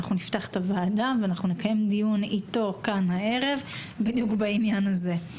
אנחנו נפתח את דיון הוועדה ונקיים דיון איתו בדיוק בעניין הזה.